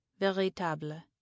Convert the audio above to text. véritable